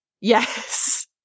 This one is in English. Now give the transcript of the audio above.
Yes